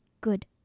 Good